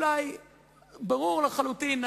ברור לחלוטין,